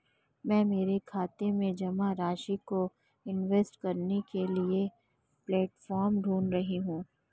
मैं मेरे खाते में जमा राशि को इन्वेस्ट करने के लिए प्लेटफॉर्म ढूंढ रही हूँ